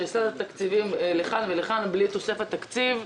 שהסטת תקציבים לכאן ולכאן בלי תוספת תקציב.